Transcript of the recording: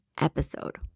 episode